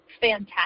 fantastic